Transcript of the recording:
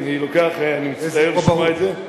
אני מצטער לשמוע את זה.